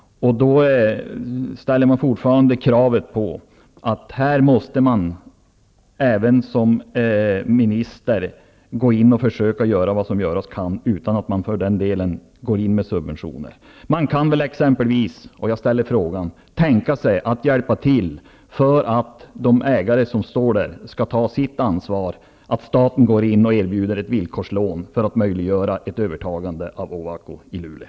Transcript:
Då ställer vi kravet att man även som minister går in och gör vad som göras kan, utan att för den skull gå in med subventioner. Man kan väl tänka sig att staten går in och erbjuder ett villkorslån för att hjälpa till så att ägarna kan ta sitt ansvar. Då skulle man möjliggöra ett övertagande av Ovako i Luleå.